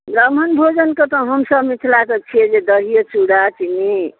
ब्राह्मण भोजन के तऽ हमसभ मिथलाके छियै जे दहीये चूड़ा चिन्नी